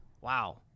Wow